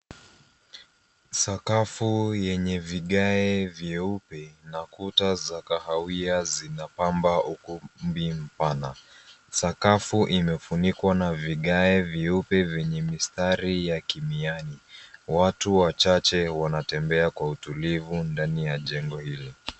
Sakafu yenye vigae vyeupe na kuta za kahawia zinapamba ukumbi mpana. Sakafu imefunikwa na vigae vyeuppe vyenye mistari ya kimiani. Watu wachache wanatembea kwa utulivu ndani ya jengo hili.